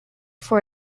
for